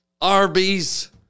arby's